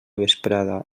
vesprada